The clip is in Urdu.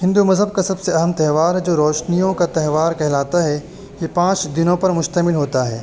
ہندو مذہب کا سب سے اہم تہوار ہے جو روشنیوں کا تہوار کہلاتا ہے یہ پانچ دنوں پر مشتمل ہوتا ہے